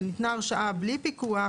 שניתנה הרשאה בלי פיקוח,